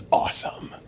awesome